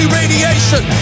radiation